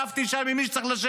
וישבתי שם עם מי שהיה צריך לשבת.